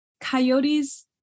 Coyotes